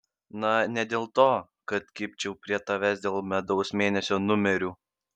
na ne dėl to kad kibčiau prie tavęs dėl medaus mėnesio numerių